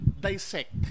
dissect